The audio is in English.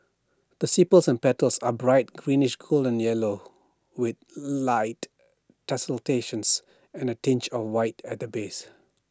the sepals and petals are bright greenish golden yellow with light tessellations and A tinge of white at the base